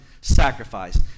sacrifice